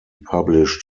published